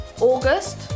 August